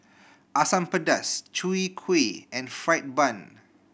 Asam Pedas Chwee Kueh and fried bun